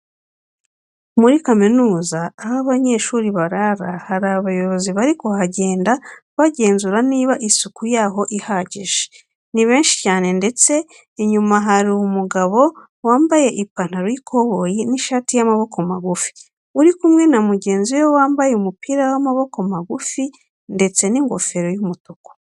Muri kaminuza aho abanyeshuri barara, hari abayobozi bari kuhagenda bagenzura niba isuku yaho ihagije. Ni benshi cyane ndetse inyuma hari umugabo wambaye ipantaro y'ikoboyi n'ishati y'amaboko magufi uri kumwe na mugenzi we wambaye umupira w'amaboko magufi ndetse n'ingofero y'umutuku.